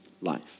life